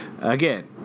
again